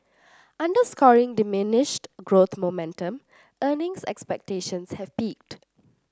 underscoring diminished growth momentum earnings expectations have peaked